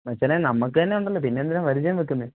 മച്ചാനെ നമുക്കുതന്നെ ഉണ്ടല്ലോ പിന്നെന്തിനാ പരിചയം വയ്ക്കുന്നത്